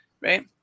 Right